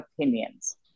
opinions